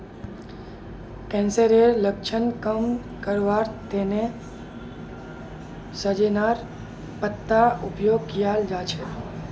कैंसरेर लक्षणक कम करवार तने सजेनार पत्तार उपयोग कियाल जवा सक्छे